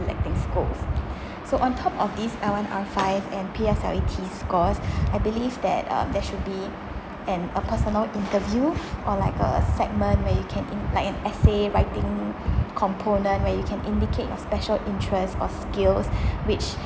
selecting schools so on top of these L_one_R_five and P_S_L_E's scores I believe that um there should be an a personal interview or like a segment where you can in~ like in essay writing component where you can indicate your special interest or skills which